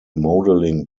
modelling